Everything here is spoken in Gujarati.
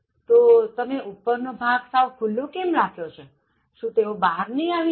તો તમે ઉપર નો ભાગ સાવ ખૂલ્લો કેમ રાખ્યો છે શું તેઓ બહાર નહી આવી જાય